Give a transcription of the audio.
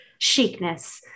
chicness